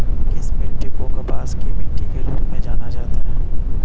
किस मिट्टी को कपास की मिट्टी के रूप में जाना जाता है?